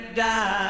die